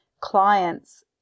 clients